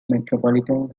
metropolitan